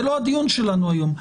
זה לא הדיון שלנו היום.